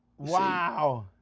wow.